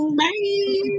bye